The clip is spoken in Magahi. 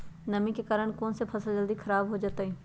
नमी के कारन कौन स फसल जल्दी खराब होई छई बताई?